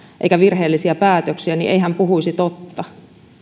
eikä virheellisiä päätöksiä niin ei hän puhuisi totta